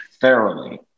thoroughly